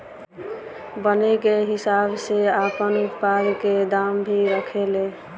बने के हिसाब से आपन उत्पाद के दाम भी रखे ले